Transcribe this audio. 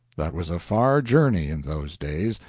that was a far journey, in those days,